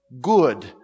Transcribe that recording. good